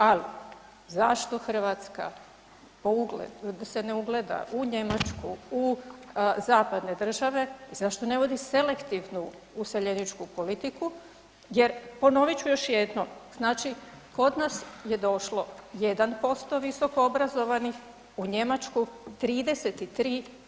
Ali, zašto Hrvatska ... da se ne ugleda u Njemačku, u zapadne države, zašto ne vodi selektivnu useljeničku politiku jer, ponovit ću još jednom, znači kod nas je došlo 1% visokoobrazovanih, u Njemačku 33%